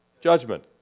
judgment